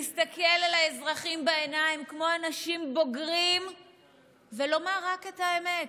להסתכל על האזרחים בעיניים כמו אנשים בוגרים ולומר רק את האמת,